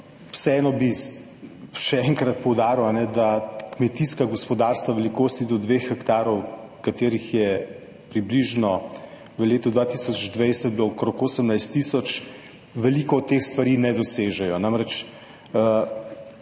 Vseeno bi še enkrat poudaril, da kmetijska gospodarstva, velikosti do dveh hektarov, katerih je bilo v letu 2020 približno 18 tisoč, veliko teh stvari ne dosežejo. Tovrstne